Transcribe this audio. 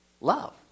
love